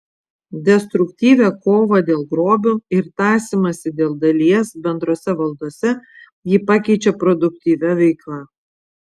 destruktyvią kovą dėl grobio ir tąsymąsi dėl dalies bendrose valdose ji pakeičia produktyvia veikla